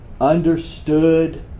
understood